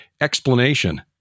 explanation